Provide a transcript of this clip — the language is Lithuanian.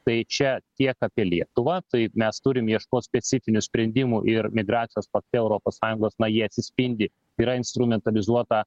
tai čia tiek apie lietuvą tai mes turim ieškot specifinių sprendimų ir migracijos paktu europos sąjungos na ji atsispindi yra instrumentalizuota